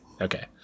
Okay